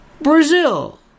Brazil